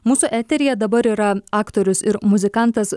mūsų eteryje dabar yra aktorius ir muzikantas